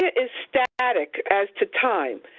is static as to time.